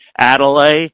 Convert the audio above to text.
Adelaide